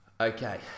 Okay